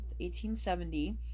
1870